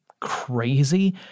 crazy